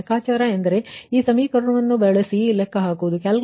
ಮತ್ತು ಲೆಕ್ಕಾಚಾರ ಎಂದರೆ ಆ ಸಮೀಕರಣವನ್ನು ಬಳಸಿ ನೀವು ಲೇಖ ಹಾಕುವುದು